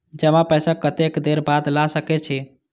जमा पैसा कतेक देर बाद ला सके छी?